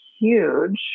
huge